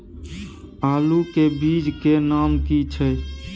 आलू के बीज के नाम की छै?